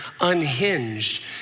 unhinged